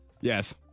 Yes